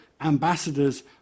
ambassadors